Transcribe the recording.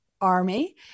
Army